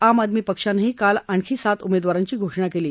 आम आदमी पक्षानंही काल आणखी सात उमेदवारांची घोषणा केली